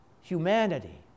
Humanity